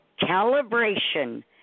Calibration